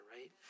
right